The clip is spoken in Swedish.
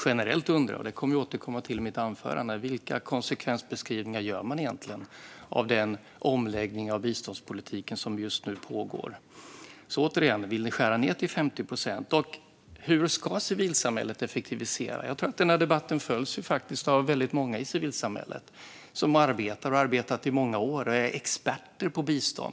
Generellt undrar jag, vilket jag kommer att återkomma till i mitt anförande, vilka konsekvensbeskrivningar som egentligen görs av den omläggning av biståndspolitiken som just nu pågår. Återigen: Vill ni skära ned på biståndet med 50 procent, och hur ska civilsamhället effektivisera? Jag tror att denna debatt följs av väldigt många i civilsamhället som arbetar och har arbetat i många år med bistånd och är experter på det.